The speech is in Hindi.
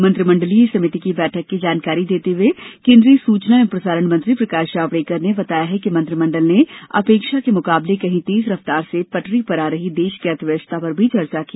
मंत्रिमंडलीय समिति की बैठक की जानकारी देते हुए केन्द्रीय सूचना एवं प्रसारण मंत्री प्रकाश जावड़ेकर ने बताया कि मंत्रिमंडल ने अपेक्षा के मुकाबले कहीं तेज रफ्तार से पटरी पर आ रही देश की अर्थव्यस्था पर भी चर्चा की